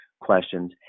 questions